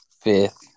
fifth